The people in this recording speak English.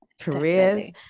careers